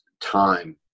time